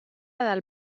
del